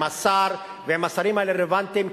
עם השר ועם השרים הרלוונטיים,